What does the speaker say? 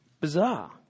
Bizarre